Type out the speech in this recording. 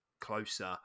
closer